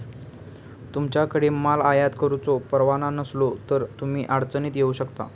तुमच्याकडे माल आयात करुचो परवाना नसलो तर तुम्ही अडचणीत येऊ शकता